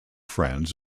friends